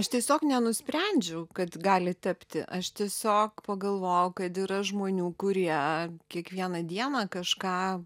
aš tiesiog nenusprendžiau kad gali tapti aš tiesiog pagalvojau kad yra žmonių kurie kiekvieną dieną kažką